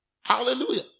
Hallelujah